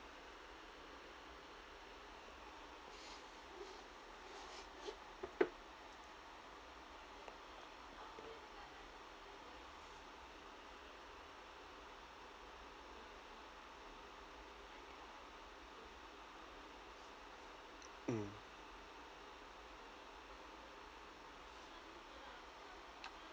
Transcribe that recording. mm